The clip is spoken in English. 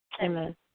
Amen